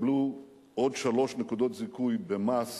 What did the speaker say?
יקבלו עוד שלוש נקודות זיכוי במס